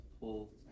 pull